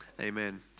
amen